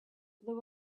blow